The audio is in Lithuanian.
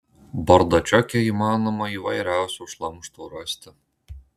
bardačioke įmanoma įvairiausio šlamšto rasti